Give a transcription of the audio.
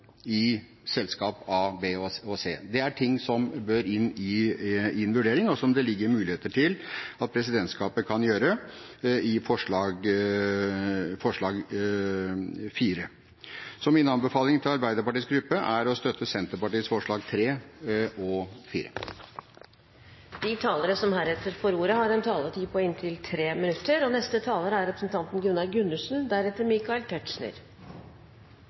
i selskap A, B og C? Det er ting som bør inn i en vurdering, og som det ligger muligheter til at presidentskapet kan gjøre, i forslag nr. 4. Så min anbefaling til Arbeiderpartiets gruppe er å støtte Senterpartiets forslag nr. 3 og 4. De talere som heretter får ordet, har en taletid på inntil 3 minutter. Jeg mener vi har et godt regelverk i dag, men det var representanten